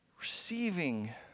receiving